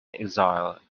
exile